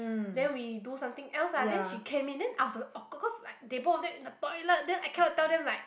then we do something else lah then she came in then I was awkward because like they both of them in the toilet then I cannot tell them like